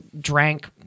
drank